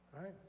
right